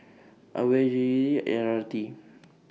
AWARE L R T